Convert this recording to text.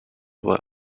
were